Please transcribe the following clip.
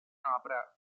opera